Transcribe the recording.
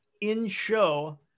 in-show